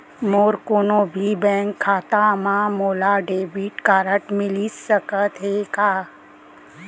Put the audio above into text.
मोर कोनो भी बैंक खाता मा मोला डेबिट कारड मिलिस सकत हे का?